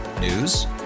News